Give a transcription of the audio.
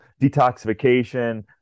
detoxification